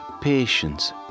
patience